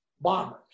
bombers